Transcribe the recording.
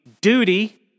duty